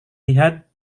lihat